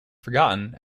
forgotten